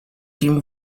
team